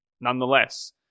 nonetheless